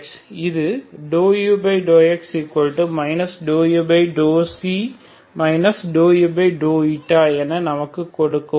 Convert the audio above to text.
இது ∂u∂x ∂u ∂u என நமக்கு கொடுக்கும்